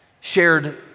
shared